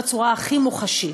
בצורה הכי מוחשית.